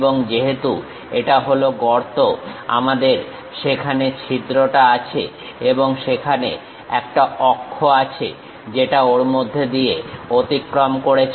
এবং যেহেতু এটা হলো গর্ত আমাদের সেখানে ছিদ্রটা আছে এবং সেখানে একটা অক্ষ আছে যেটা ওর মধ্য দিয়ে অতিক্রম করেছে